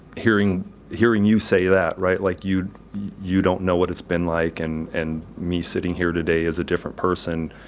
hearing hearing you say that, right? like, you you don't know what it's been like, and and me sitting here today is a different person,